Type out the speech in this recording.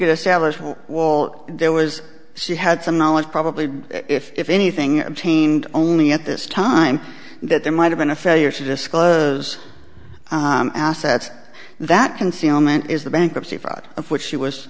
establish walt there was she had some knowledge probably if anything obtained only at this time that there might have been a failure to disclose assets that concealment is the bankruptcy for out of which she was